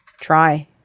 try